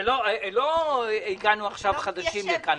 לא הגענו חדשים לכאן.